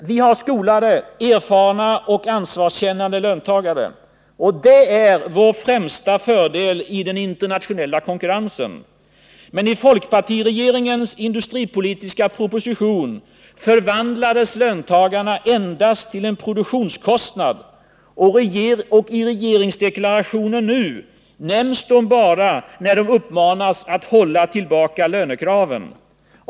Vi har skolade, erfarna och ansvarskännande löntagare. Det är vår främsta fördel i den internationella konkurrensen. Men i folkpartiregeringens industripolitiska proposition förvandlades löntagarna till enbart en produktionskostnad, och i regeringsdeklarationen nu nämns de bara när de uppmanas att hålla tillbaka lönekraven.